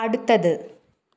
അടുത്തത്